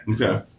Okay